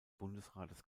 bundesrates